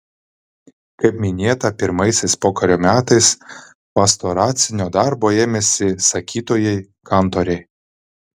kaip minėta pirmaisiais pokario metais pastoracinio darbo ėmėsi sakytojai kantoriai